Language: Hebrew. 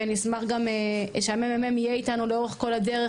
ונשמח גם שהממ"מ יהיה איתנו לאורך כל הדרך,